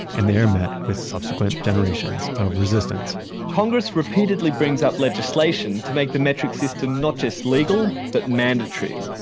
and they are met with subsequent generations of resistance congress repeatedly brings up legislation to make the metric system, not just legal, but mandatory.